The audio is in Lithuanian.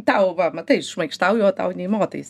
tau va matai šmaikštauju o tau nei motais